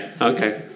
okay